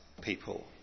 people